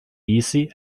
easy